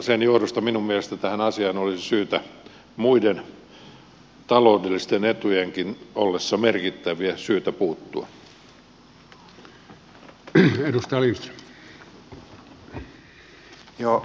sen johdosta minun mielestäni tähän asiaan olisi muiden taloudellisten etujenkin ollessa merkittäviä syytä puuttua